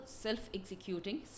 self-executing